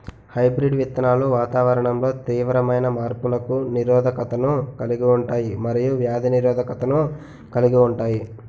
hybrid విత్తనాలు వాతావరణంలో తీవ్రమైన మార్పులకు నిరోధకతను కలిగి ఉంటాయి మరియు వ్యాధి నిరోధకతను కలిగి ఉంటాయి